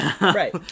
right